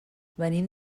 venim